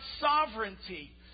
sovereignty